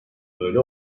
böyle